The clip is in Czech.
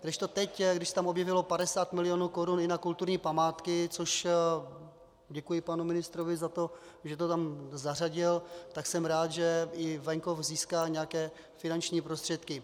Kdežto teď, když se tam objevilo 50 milionů korun i na kulturní památky děkuji panu ministrovi za to, že to tam zařadil tak jsem rád, že i venkov získal nějaké finanční prostředky.